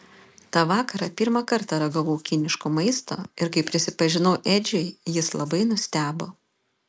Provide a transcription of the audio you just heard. tą vakarą pirmą kartą ragavau kiniško maisto ir kai prisipažinau edžiui jis labai nustebo